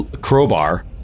crowbar